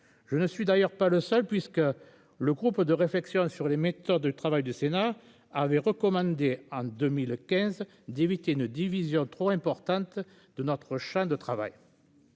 Je ne suis d'ailleurs pas le seul puisque le groupe de réflexion sur les méthodes de travail du Sénat avait recommandé en 2015 18 et ne division trop importante de notre Champ de travail.--